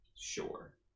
Sure